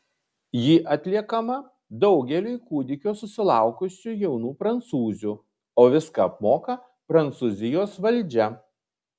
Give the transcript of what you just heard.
ji atliekama daugeliui kūdikio susilaukusių jaunų prancūzių o viską apmoka prancūzijos valdžia